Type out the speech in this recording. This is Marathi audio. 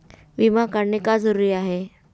विमा काढणे का जरुरी आहे?